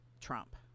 Trump